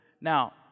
Now